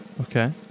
Okay